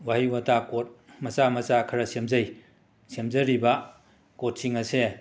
ꯋꯥꯍꯩ ꯋꯥꯇꯥ ꯀꯣꯠ ꯃꯆꯥ ꯃꯆꯥ ꯈꯔ ꯁꯦꯝꯖꯩ ꯁꯦꯝꯖꯔꯤꯕ ꯀꯣꯠꯁꯤꯡ ꯑꯁꯤ